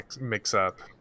mix-up